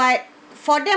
but for them